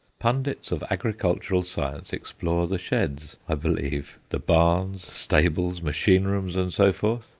pundits of agricultural science explore the sheds, i believe, the barns, stables, machine-rooms, and so forth,